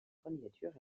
candidature